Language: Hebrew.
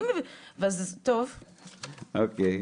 אוקיי,